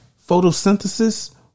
photosynthesis